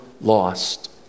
lost